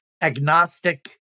agnostic